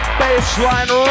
baseline